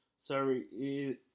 sorry